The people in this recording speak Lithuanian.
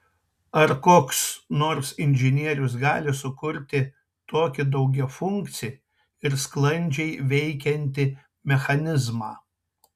ar koks nors inžinierius gali sukurti tokį daugiafunkcį ir sklandžiai veikiantį mechanizmą